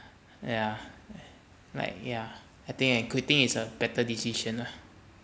ya like ya I think uh quitting is a better decision lah